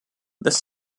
this